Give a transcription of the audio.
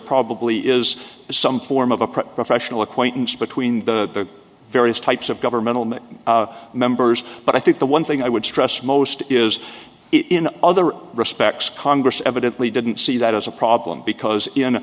probably is some form of a professional acquaintance between the various types of governmental many members but i think the one thing i would stress most is it in other respects congress evidently didn't see that as a problem because